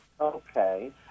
Okay